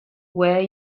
where